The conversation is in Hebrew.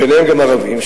ביניהם גם ערבים,